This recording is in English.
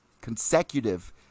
Consecutive